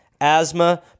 asthma